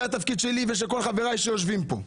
זה התפקיד שלי ושל כול חברי שישובים פה.